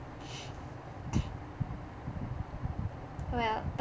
well